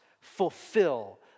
fulfill